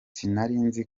sinarinzi